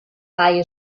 high